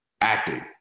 acting